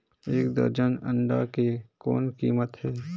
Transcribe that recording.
एक दर्जन अंडा के कौन कीमत हे?